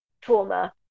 trauma